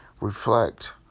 Reflect